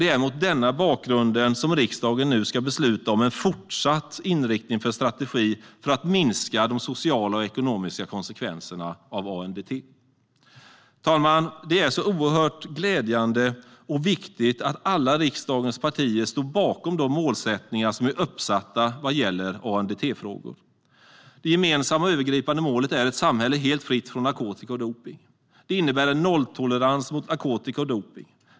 Det är mot denna bakgrund som riksdagen nu ska besluta om en fortsatt inriktning och strategi för att minska de sociala och ekonomiska konsekvenserna av ANDT. Herr talman! Det är oerhört glädjande och viktigt att alla riksdagens partier står bakom de målsättningar som vi har vad gäller ANDT-frågor. Det gemensamma övergripande målet är ett samhälle helt fritt från narkotika och dopning. Det innebär en nolltolerans mot narkotika och dopning.